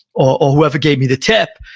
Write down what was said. or whoever gave me the tip,